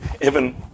Evan